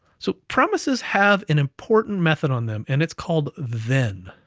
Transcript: so promises have an important method on them, and it's called then.